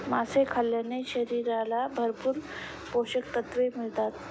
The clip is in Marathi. मासे खाल्ल्याने शरीराला भरपूर पोषकतत्त्वे मिळतात